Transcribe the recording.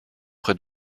près